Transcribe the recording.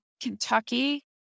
Kentucky